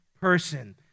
person